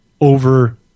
over